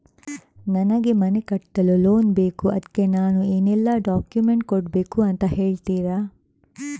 ನನಗೆ ಮನೆ ಕಟ್ಟಲು ಲೋನ್ ಬೇಕು ಅದ್ಕೆ ನಾನು ಏನೆಲ್ಲ ಡಾಕ್ಯುಮೆಂಟ್ ಕೊಡ್ಬೇಕು ಅಂತ ಹೇಳ್ತೀರಾ?